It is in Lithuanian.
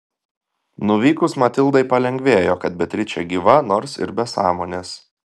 nuvykus matildai palengvėjo kad beatričė gyva nors ir be sąmonės